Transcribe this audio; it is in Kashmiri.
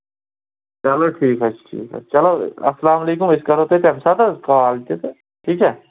چلو ٹھیٖک حظ چھِ ٹھیٖک حظ چھِ چلو السلامُ علیکُم أسۍ کرہو تۄہہِ تَمہِ ساتہٕ حظ کال تہِ تہٕ ٹھیٖک چھا